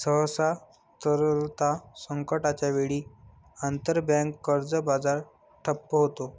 सहसा, तरलता संकटाच्या वेळी, आंतरबँक कर्ज बाजार ठप्प होतो